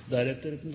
Helse-